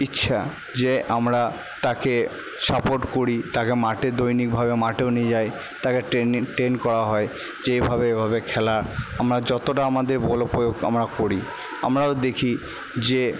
ইচ্ছা যে আমরা তাকে সাপোর্ট করি তাকে মাঠে দৈনিকভাবে মাঠেও নিয়ে যাই তাকে টেনিন ট্রেন করা হয় যেভাবে এভাবে খেলা আমরা যতোটা আমাদের বল প্রয়োগ আমরা করি আমরাও দেখি যে